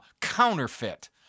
counterfeit